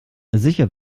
sicher